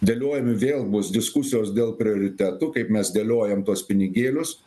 dėliojami vėl bus diskusijos dėl prioritetų kaip mes dėliojam tuos pinigėlius